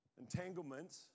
entanglement